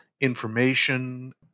information